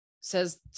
says